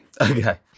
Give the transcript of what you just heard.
Okay